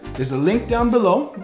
there's a link down below.